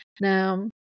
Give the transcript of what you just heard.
Now